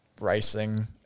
racing